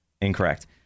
Incorrect